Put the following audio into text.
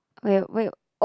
oh yeah why you